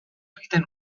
egiten